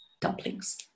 dumplings